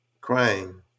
crying